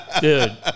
Dude